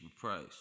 price